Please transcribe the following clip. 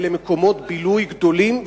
אלה מקומות בילוי גדולים,